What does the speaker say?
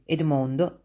Edmondo